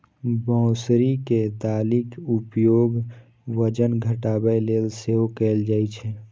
मौसरी के दालिक उपयोग वजन घटाबै लेल सेहो कैल जाइ छै